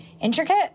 intricate